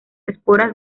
esporas